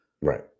right